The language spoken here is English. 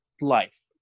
life